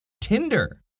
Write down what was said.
Tinder